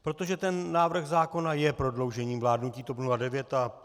Protože ten návrh zákona je prodloužením vládnutí TOP 09.